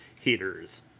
heaters